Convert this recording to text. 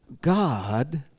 God